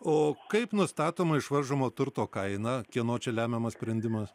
o kaip nustatoma išvaržomo turto kaina kieno čia lemiamas sprendimas